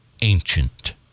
ancient